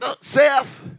Seth